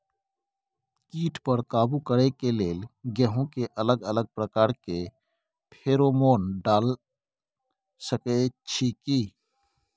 कीट पर काबू करे के लेल गेहूं के अलग अलग प्रकार के फेरोमोन डाल सकेत छी की?